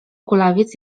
kulawiec